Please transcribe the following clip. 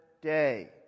day